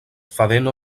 fadeno